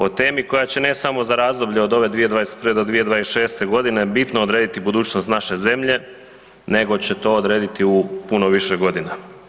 O temi koja će, ne samo za razdoblje od ove 2021.-2026. bitno odrediti budućnost naše zemlje, nego će to odrediti u puno više godina.